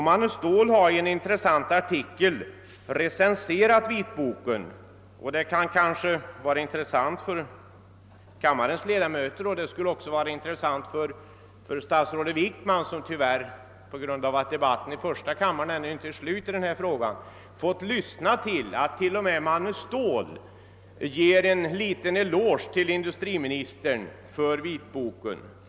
Manne Ståhl har i en intressant artikel recenserat vitboken. Det kan kanske vara intressant för riksdagens ledamöter — och det skulle måhända också vara intressant för statsrådet Wickman, som dock tyvärr inte kan vara närvarande på grund av att debatten pågår i första kammaren — att få höra att t.o.m. Manne Ståhl ger en liten eloge åt industriministern för vitboken.